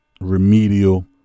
remedial